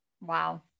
Wow